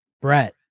Brett